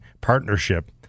partnership